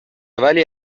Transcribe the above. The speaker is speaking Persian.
ولی